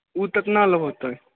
ओ केतना लेबहो तऽ